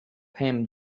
him